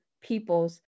people's